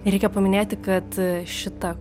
reikia paminėti kad šitą